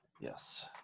Yes